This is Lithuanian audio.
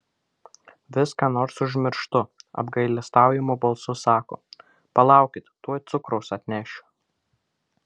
vis ką nors užmirštu apgailestaujamu balsu sako palaukit tuoj cukraus atnešiu